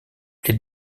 les